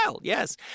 yes